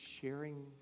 sharing